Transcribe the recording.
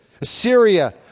Assyria